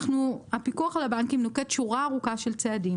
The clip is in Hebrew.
הפיקוח על הבנקים נוקט שורה ארוכה של צעדים